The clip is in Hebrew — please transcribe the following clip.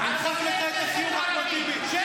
החמאס והחיזבאללה --- הבית הזה,